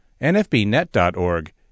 NFBnet.org